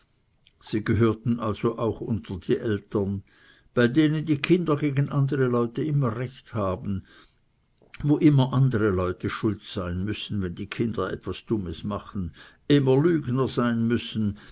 sie gehörten also auch unter die eltern bei denen die kinder gegen andere leute immer recht haben immer andere leute schuld sein müssen wenn die kinder etwas dummes machen immer lügner sein müssen